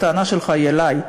הטענה שלך היא אלי,